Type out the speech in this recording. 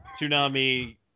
Tsunami